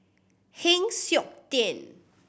Heng Siok Tian